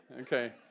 Okay